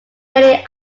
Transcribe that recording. daily